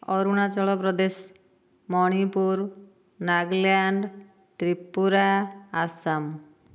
Arunachal Pradesh Manipur Nagaland Tripura Assam